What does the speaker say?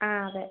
ആ അതെ